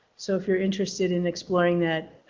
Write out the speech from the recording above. so if you're interested in exploring that,